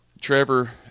Trevor